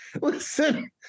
Listen